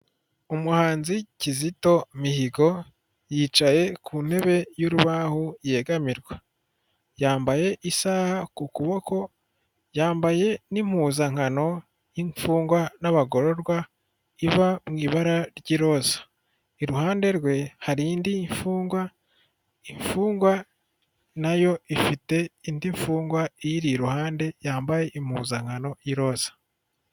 Umuhanzi Kizito Mihigo yicaye ku ntebe y'urubaho yegamirwa yambaye isaha ku kuboko yambaye n'impuzankano y'imfungwa n'abagororwa iba mu ibara ry'iroza iruhande rwe hari indi mfungwa, imfungwa nayo ifite indi mfungwa iyiri iruhande yambaye impuzankano y'iroza .